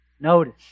Notice